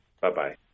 Bye-bye